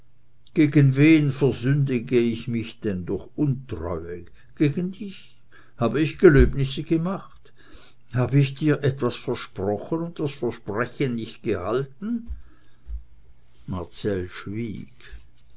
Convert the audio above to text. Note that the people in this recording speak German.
gegen wen versünd'ge ich mich denn durch untreue gegen dich hab ich gelöbnisse gemacht hab ich dir etwas versprochen und das versprechen nicht gehalten marcell schwieg